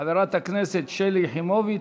חברת הכנסת שלי יחימוביץ.